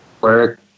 work